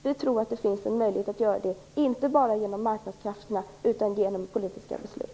Vi tror att det finns en möjlighet att åstadkomma det, inte bara genom marknadskrafterna utan också genom politiska beslut.